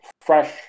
fresh